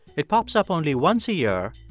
it pops up only once a year.